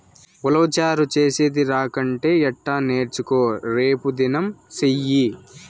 ఉలవచారు చేసేది రాకంటే ఎట్టా నేర్చుకో రేపుదినం సెయ్యి